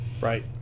right